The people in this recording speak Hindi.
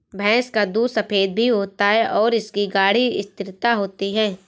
भैंस का दूध सफेद भी होता है और इसकी गाढ़ी स्थिरता होती है